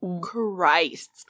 Christ